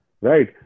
Right